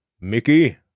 Mickey